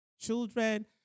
children